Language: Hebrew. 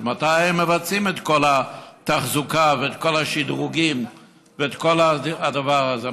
אז מתי הם מבצעים את כל התחזוקה ואת כל השדרוגים ואת כל הדבר הזה,